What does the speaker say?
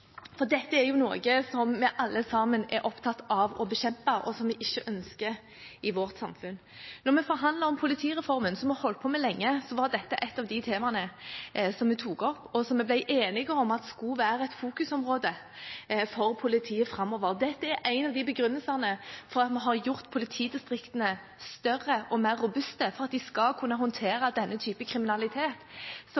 for dette er noe som vi alle sammen er opptatt av å bekjempe, og som vi ikke ønsker i vårt samfunn. Når vi forhandlet om politireformen, som vi holdt på med lenge, var dette et av de temaene som vi tok opp, og som vi ble enige om skulle være et fokusområde for politiet framover. Dette er en av begrunnelsene for at vi har gjort politidistriktene større og mer robuste, slik at de skal kunne håndtere